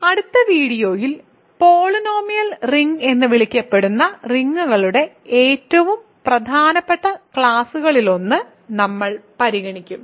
അതിനാൽ അടുത്ത വീഡിയോയിൽ പോളിനോമിയൽ റിംഗ്സ് എന്ന് വിളിക്കപ്പെടുന്ന റിങ്ങുകളുടെ ഏറ്റവും പ്രധാനപ്പെട്ട ക്ലാസുകളിലൊന്ന് നമ്മൾ പരിഗണിക്കും